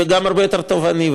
וגם הרבה יותר תובעני,